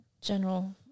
general